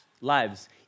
lives